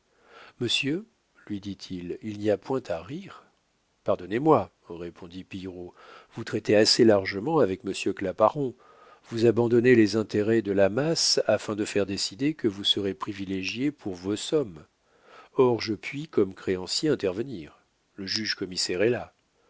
monsieur lui dit-il il n'y a point à rire pardonnez-moi répondit pillerault vous traitez assez largement avec monsieur claparon vous abandonnez les intérêts de la masse afin de faire décider que vous serez privilégié pour vos sommes or je puis comme créancier intervenir le juge commissaire